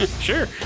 Sure